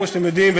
כמו שאתם יודעים,